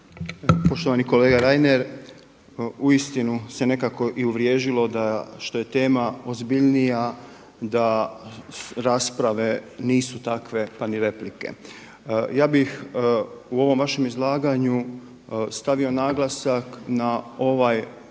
Poštovani kolega Reiner, uistinu se nekako i uvriježilo da što je tema ozbiljnija, da rasprave nisu takve, pa ni replike. Ja bih u ovom vašem izlaganju stavio naglasak na ovaj